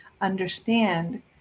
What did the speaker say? understand